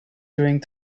going